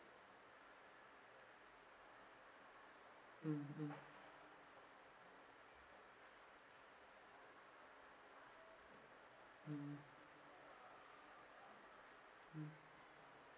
mm mm mm mm